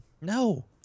No